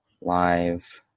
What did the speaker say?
live